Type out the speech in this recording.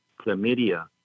chlamydia